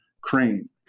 Crane